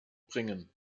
bringen